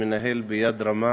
שמנהל ביד רמה